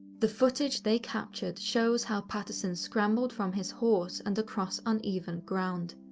the footage they captured shows how patterson scrambled from his horse and across uneven ground.